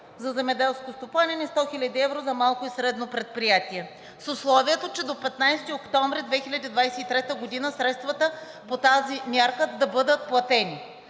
за земеделски стопанин и 100 хил. евро за малко и средно предприятие с условието до 15 октомври 2023 г. средствата по тази мярка да бъдат платени.